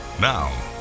Now